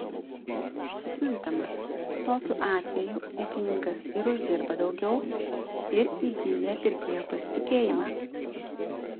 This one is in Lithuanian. suprantama tokiu atveju ūkininkas ir uždirba daugiau ir įgyja pirkėjo pasitikėjimą